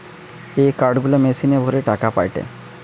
এ card গুলা মেশিনে ভরে টাকা পায়টে